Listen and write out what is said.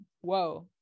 whoa